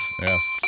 Yes